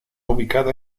ubicada